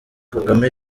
kagame